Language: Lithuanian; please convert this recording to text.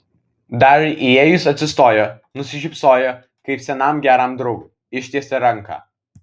dariui įėjus atsistojo nusišypsojo kaip senam geram draugui ištiesė ranką